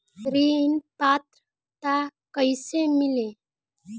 ऋण पात्रता कइसे मिली?